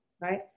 right